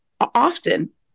often